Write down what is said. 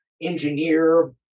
engineer